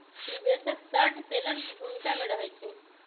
निवेशक short seller की भूमिका में रहइ छै